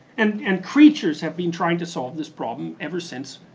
and and creatures have been trying to solve this problem ever since,